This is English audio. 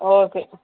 okay